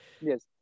Yes